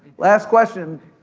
last question,